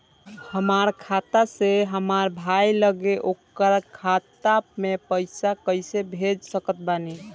हमार खाता से हमार भाई लगे ओकर खाता मे पईसा कईसे भेज सकत बानी?